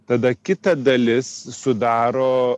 tada kita dalis sudaro